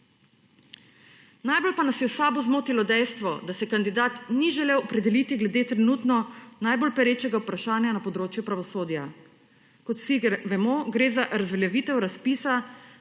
Najbolj pa nas je v SAB zmotilo dejstvo, da se kandidat ni želel opredeliti glede trenutno najbolj perečega vprašanja na področju pravosodja. Kot vsi vem, gre za razveljavitev razpisa